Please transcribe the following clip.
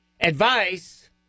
Advice